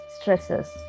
stresses